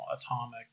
atomic